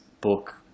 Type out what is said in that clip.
book